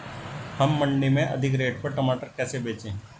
हम मंडी में अधिक रेट पर टमाटर कैसे बेचें?